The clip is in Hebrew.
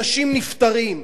אנשים נפטרים,